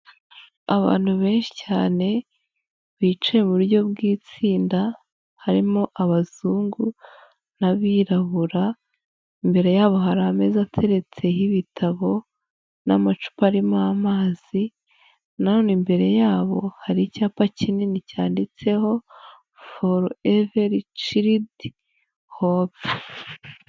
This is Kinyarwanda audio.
Abantu benshi cyane bicaye mu buryo bw'itsinda, harimo abazungu n'abirabura, imbere yabo hari ameza ateretseho ibitabo n'amacupa arimo amazi, nanone imbere yabo hari icyapa kinini cyanditseho for every chirid, hope.